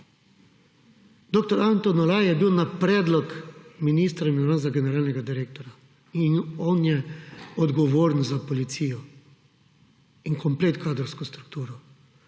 Dr. Anton Olaj je bil na predlog ministra imenovan za generalnega direktorja in on je odgovoren za policijo in kompletno kadrovsko strukturo.